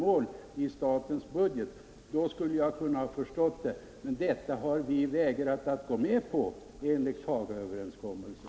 Skulle det varit fallet skulle jag kunnat förstå resonemanget, men något sådant har vi vägrat gå med på enligt Hagaöverenskommelsen.